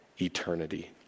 eternity